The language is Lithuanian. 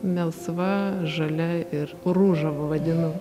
melsva žalia ir ružava vadinu